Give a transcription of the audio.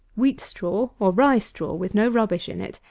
wheat-straw, or rye-straw, with no rubbish in it,